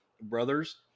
brothers